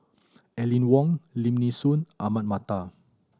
Aline Wong Lim Nee Soon Ahmad Mattar